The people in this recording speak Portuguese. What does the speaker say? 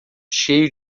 cheio